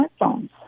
smartphones